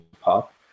pop